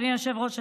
אדוני היושב-ראש,